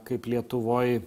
kaip lietuvoj